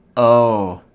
o